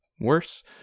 worse